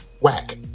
Whack